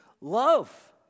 love